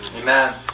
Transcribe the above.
Amen